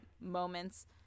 moments